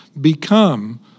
become